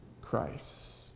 Christ